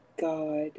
God